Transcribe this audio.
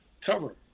cover